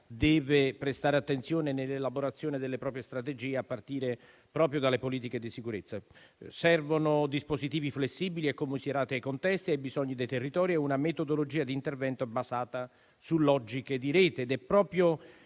deve prestare attenzione nell'elaborazione delle proprie strategie a partire proprio dalle politiche di sicurezza. Servono dispositivi flessibili e commisurati ai contesti e ai bisogni dei territori e una metodologia di intervento basata su logiche di rete. È proprio